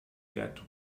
get